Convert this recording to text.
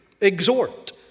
exhort